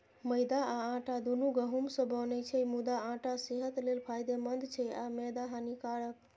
मैदा आ आटा, दुनू गहूम सं बनै छै, मुदा आटा सेहत लेल फायदेमंद छै आ मैदा हानिकारक